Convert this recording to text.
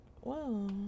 Whoa